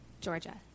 Georgia